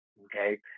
Okay